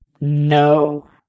No